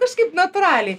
kažkaip natūraliai